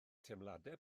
teimladau